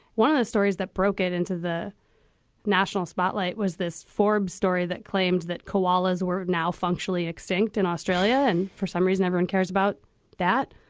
one of the stories that broke it into the national spotlight was this forbes story that claimed that koalas were now functionally extinct and in for some reason, anyone cares about that.